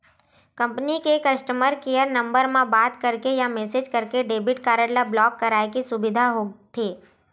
company के customer care number म बात करके या मेसेज करके डेबिट कारड ल ब्लॉक कराए के सुबिधा होथे